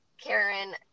Karen